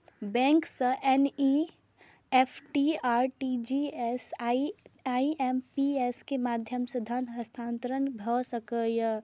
bank सं NEFT, RTGS, IMPS के माध्यम सं धन हस्तांतरण भए सकैए